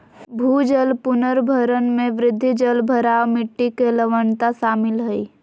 भूजल पुनर्भरण में वृद्धि, जलभराव, मिट्टी के लवणता शामिल हइ